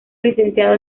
licenciado